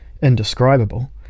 Indescribable